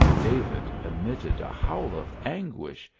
david emitted a howl of anguish,